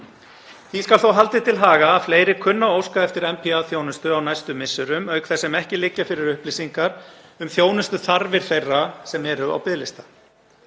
Því skal þó haldið til haga að fleiri kunna að óska eftir NPA-þjónustu á næstu misserum auk þess sem ekki liggja fyrir upplýsingar um þjónustuþarfir þeirra sem eru á biðlista.